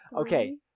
Okay